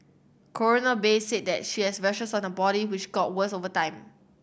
Coroner Bay said that she had rashes on her body which got worse over time